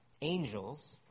angels